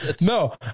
No